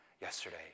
yesterday